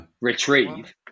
Retrieve